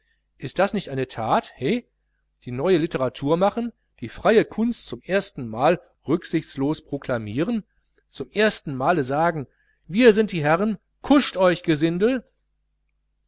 ist das nicht eine that he die neue litteratur machen die freie kunst zum ersten male rücksichtslos proklamieren zum ersten male sagen wir sind die herren kuscht euch gesindel